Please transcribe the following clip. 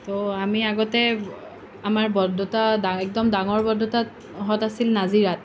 তো আমি আগতে আমাৰ বৰদেউতা একদম ডাঙৰ বৰদেউতাহঁত আছিল নাজিৰাত